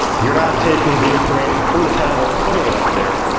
you're not taking the information from the tablet and putting it up there,